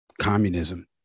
communism